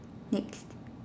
next